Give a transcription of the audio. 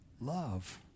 love